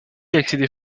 accéder